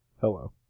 Hello